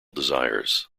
desires